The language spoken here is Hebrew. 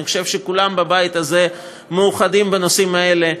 אני חושב שכולם בבית הזה מאוחדים בנושאים האלה,